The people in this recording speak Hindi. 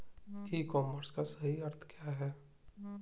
ई कॉमर्स का सही अर्थ क्या है?